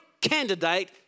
candidate